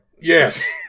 Yes